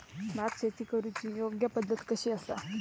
भात शेती करुची योग्य पद्धत कशी आसा?